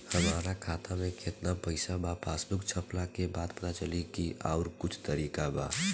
हमरा खाता में केतना पइसा बा पासबुक छपला के बाद पता चल जाई कि आउर कुछ तरिका बा?